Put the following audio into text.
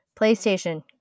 PlayStation